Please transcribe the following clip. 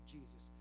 Jesus